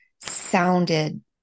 sounded